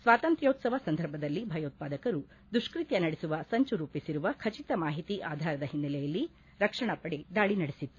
ಸ್ವಾತಂತ್ಲ್ಯೋತ್ಸವ ಸಂದರ್ಭದಲ್ಲಿ ಭಯೋತ್ಪಾದಕರು ದುಷ್ಪತ್ತ ನಡೆಸುವ ಸಂಚು ರೂಪಿಸಿರುವ ಖಚಿತ ಮಾಹಿತಿ ಆಧಾರದ ಹಿನ್ನೆಲೆಯಲ್ಲಿ ರಕ್ಷಣಾ ಪಡೆ ದಾಳಿ ನಡೆಸಿತ್ತು